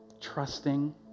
Trusting